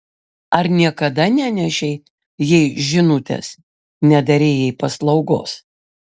ar niekada nenešei jai žinutės nedarei jai paslaugos